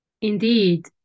indeed